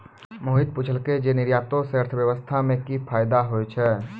मोहित पुछलकै जे निर्यातो से अर्थव्यवस्था मे कि फायदा होय छै